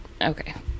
Okay